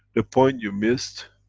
the point you missed